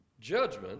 judgment